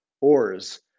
ores